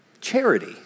charity